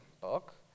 book